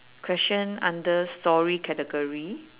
question under story category